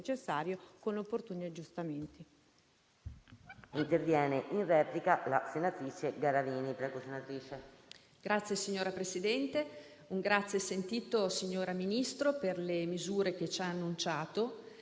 gli opportuni aggiustamenti.